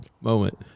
moment